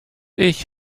ich